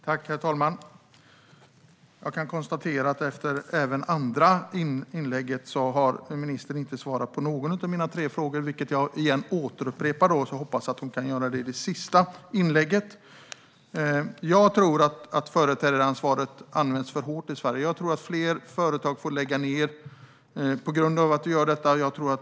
Herr talman! Jag kan konstatera att ministern inte heller i det andra inlägget svarade på någon av mina tre frågor, vilka jag återupprepar och hoppas att hon kan svara på i sitt sista inlägg. Jag tror att företrädaransvaret används för hårt i Sverige och att fler företag får lägga ned på grund av detta.